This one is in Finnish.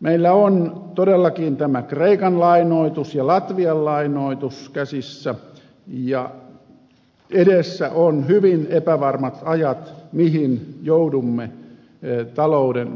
meillä on todellakin tämä kreikan lainoitus ja latvian lainoitus käsissä ja edessä ovat hyvin epävarmat ajat mihin joudumme